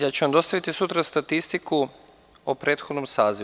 Ja ću vam dostaviti sutra statistiku o prethodnom sazivu.